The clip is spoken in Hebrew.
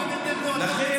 גם למדתם באותו בית ספר.